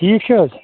ٹھیٖک چھِ حظ